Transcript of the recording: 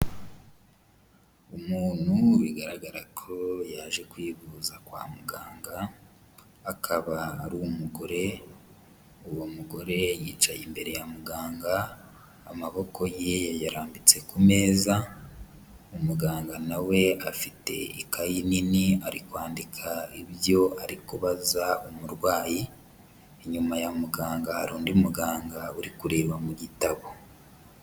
Umuntu bigaragara ko yaje kwivuza kwa muganga akaba ari umugore, uwo mugore yicaye imbere ya muganga, amaboko ye yayarambitse ku meza, umuganga na we afite ikayi nini ari kwandika ibyo ari kubaza umurwayi, inyuma ya muganga hari undi muganga uri kureba mu gitabo.